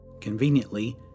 Conveniently